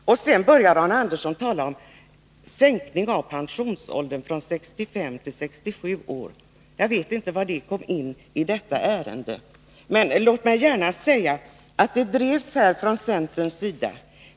Sedan talade Arne Andersson om sänkning av pensionsåldern från 67 till 65 år. Jag vet inte var det kommer in i detta sammanhang. Låt mig emellertid säga att det kravet drevs av centern.